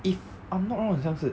if I'm not wrong 相似